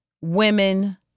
women